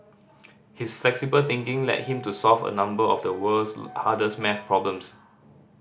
his flexible thinking led him to solve a number of the world's hardest maths problems